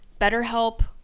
BetterHelp